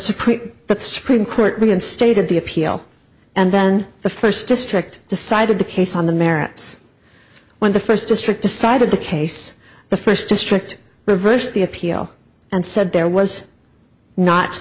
supreme but the supreme court reinstated the appeal and then the first district decided the case on the merits when the first district decided the case the first district reversed the appeal and said there was not